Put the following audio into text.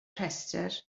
rhestr